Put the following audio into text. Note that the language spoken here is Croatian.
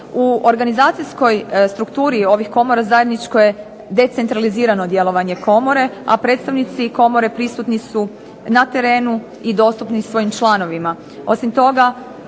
U organizacijskoj strukturi ovih komora zajedničko je decentralizirano djelovanje komore, a predstavnici komore prisutni su na terenu i dostupni svojim članovima. Osim toga